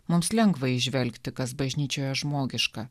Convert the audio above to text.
mums lengva įžvelgti kas bažnyčioje žmogiška